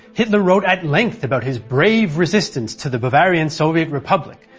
hitler wrote at length about his brave resistance to the bavarian soviet republic,